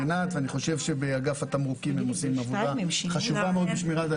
חושב שבאגף התמרוקים אצלנו הם עושים עבודה חשובה מאוד בשמירה על